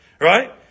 right